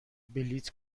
بلیط